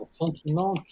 sentiment